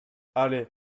allez